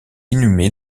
inhumé